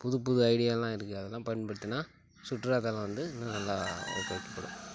புதுபுது ஐடியாலாம் இருக்குது அதெல்லாம் பயன்படுத்துனால் சுற்றுலா தளம் வந்து இன்னும் நல்லா ஊக்குவிக்கப்படும்